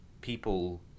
people